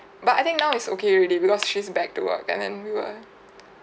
but I think now it's okay already because she's back to work and then we were